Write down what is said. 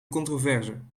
controverse